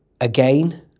again